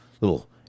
little